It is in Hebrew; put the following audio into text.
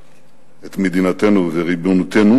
את מדינתנו וריבונותנו,